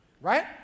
right